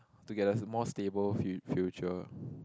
to get a more stable fu~ future